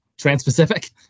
transpacific